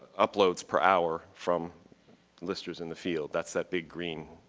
uploads per hour from listers in the field. that's that big green